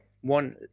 one